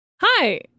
Hi